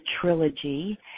trilogy